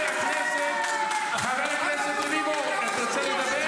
אתה רוצה לדבר?